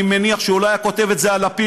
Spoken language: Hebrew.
אני מניח שהוא לא היה כותב את זה על לפיד.